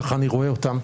כך אני רואה אותם,